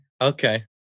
Okay